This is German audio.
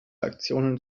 aktionen